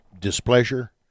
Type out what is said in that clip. displeasure